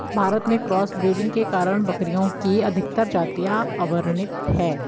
भारत में cross breeding के कारण बकरियों की अधिकतर जातियां अवर्णित है